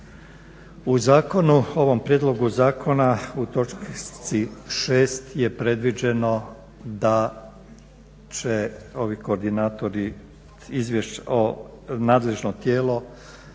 U zakonu, ovom prijedlogu zakona u točci 6. je predviđeno da će ovi koordinatori, nadležno tijelo,